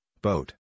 boat